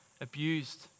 abused